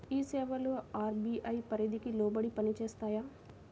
ఈ సేవలు అర్.బీ.ఐ పరిధికి లోబడి పని చేస్తాయా?